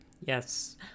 yes